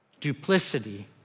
duplicity